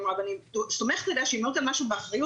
אבל אני סומכת עליה שאם היא אמרה על משהו באחריות,